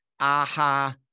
aha